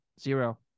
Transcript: Zero